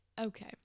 Okay